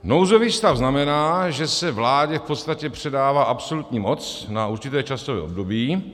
Nouzový stav znamená, že se vládě v podstatě předává absolutní moc na určité časové období.